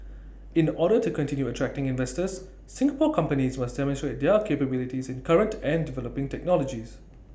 in order to continue attracting investors Singapore companies must demonstrate their capabilities in current and developing technologies